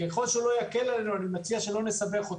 ככל שהוא לא יקל עלינו אני מציע שלא נסבך אותו.